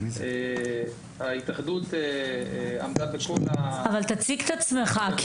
ההתאחדות עמדה בכל --- תציג את עצמך.